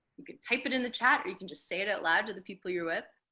you could type it in the chat or you can just say it out loud to the people you're with